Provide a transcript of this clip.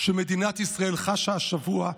שמדינת ישראל חשה השבוע.